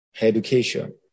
Education